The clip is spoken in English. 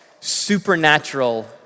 supernatural